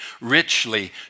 richly